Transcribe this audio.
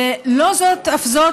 ולא זו אף זו,